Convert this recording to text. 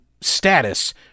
status